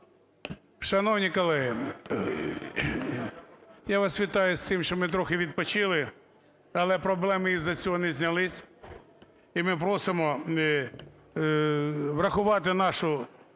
Шановні колеги, я вас вітаю з цим, що ми трохи відпочили, але проблеми із-за цього не знялись. І ми просимо врахувати нашу